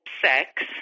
sex